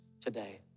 today